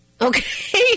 okay